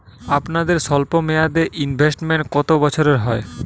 আপনাদের স্বল্পমেয়াদে ইনভেস্টমেন্ট কতো বছরের হয়?